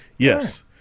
Yes